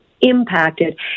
impacted